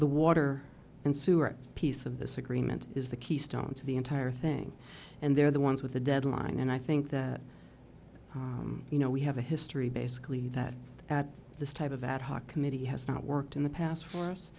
the water and sewer piece of this agreement is the keystone to the entire thing and they're the ones with the deadline and i think that you know we have a history basically that at this type of ad hoc committee has not worked in the past for us